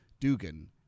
Dugan